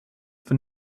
for